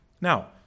Now